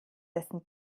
dessen